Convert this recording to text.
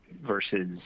versus